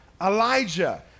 Elijah